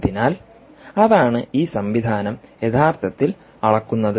അതിനാൽ അതാണ് ഈ സംവിധാനം യഥാർത്ഥത്തിൽ അളക്കുന്നത്